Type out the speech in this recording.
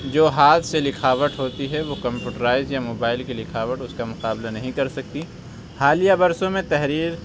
جو ہاتھ سے لکھاوٹ ہوتی ہے وہ کمپیوٹرائز یا موبائل کی لکھاوٹ اُس کا مقابلہ نہیں کر سکتی حالیہ برسوں میں تحریر